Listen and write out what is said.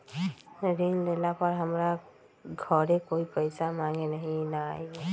ऋण लेला पर हमरा घरे कोई पैसा मांगे नहीं न आई?